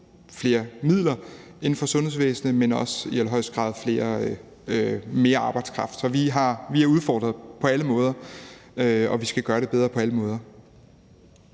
flere midler inden for sundhedsvæsenet, men også i allerhøjeste grad på mere arbejdskraft. Så vi er udfordret på alle måder, og vi skal gøre det bedre på alle måder.